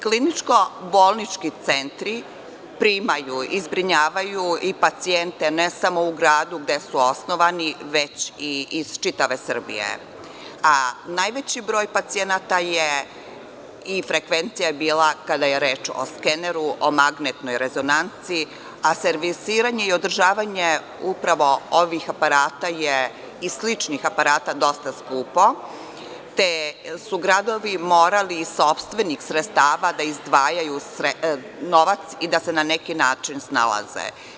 Kliničko-bolnički centri primaju i zbrinjavaju i pacijente ne samo u gradu gde su osnovani već i iz čitave Srbije, a najveći broj pacijenata je i frekvencija je bila kada je reč o skeneru, o magnetnoj rezonanci, a servisiranje i održavanje upravo ovih aparata i sličnih aparata je dosta skupo, te su gradovi morali iz sopstvenih sredstava da izdvajaju novac i da se na neki način snalaze.